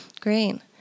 Great